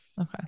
Okay